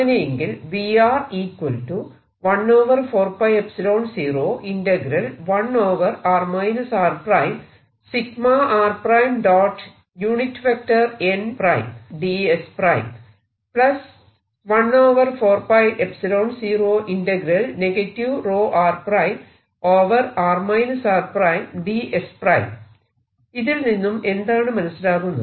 അങ്ങനെയെങ്കിൽ ഇതിൽ നിന്നും എന്താണ് മനസിലാകുന്നത്